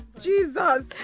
Jesus